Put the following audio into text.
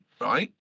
right